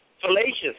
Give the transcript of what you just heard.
fallacious